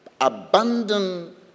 abandon